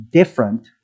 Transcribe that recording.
different